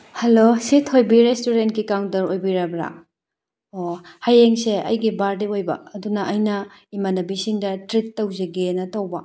hello ꯁꯤ ꯊꯣꯏꯕꯤ ꯔꯦꯁꯇꯨꯔꯦꯟꯒꯤ ꯀꯥꯎꯟꯇ꯭ꯔ ꯑꯣꯏꯕꯤꯔꯕ꯭ꯔꯥ ꯑꯣ ꯍꯌꯦꯡꯁꯦ ꯑꯩꯒꯤ ꯕꯥꯔꯗꯦ ꯑꯣꯏꯕ ꯑꯗꯨꯅ ꯑꯩꯅ ꯏꯃꯥꯟꯅꯕꯤꯁꯤꯡꯗ ꯇ꯭ꯔꯤꯠ ꯇꯧꯖꯒꯦꯅ ꯇꯧꯕ